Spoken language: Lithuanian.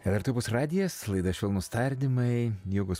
lrt opus radijas laida švelnūs tardymai jogos